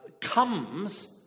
comes